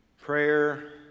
prayer